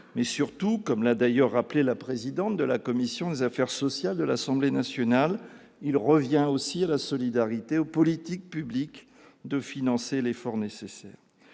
Mais surtout, comme l'a d'ailleurs rappelé la présidente de la commission des affaires sociales de l'Assemblée nationale, « il revient aussi à la solidarité, aux politiques publiques de financer l'effort nécessaire